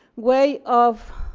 way of